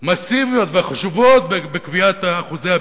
מסיביות וחשובות בקביעת אחוזי הביטוח.